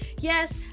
yes